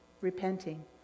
repenting